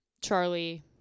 Charlie